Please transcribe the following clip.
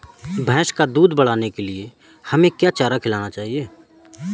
भैंस का दूध बढ़ाने के लिए हमें क्या चारा खिलाना चाहिए?